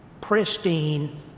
pristine